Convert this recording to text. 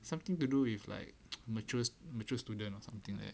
something to do with like mature mature student or something eh